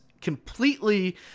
completely